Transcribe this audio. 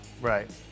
Right